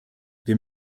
wir